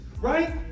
right